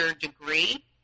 degree